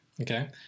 Okay